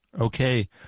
Okay